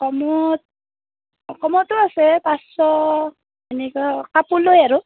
কমত কমতো আছে পাঁচশ তেনেকুৱা কাপোৰ লৈ আৰু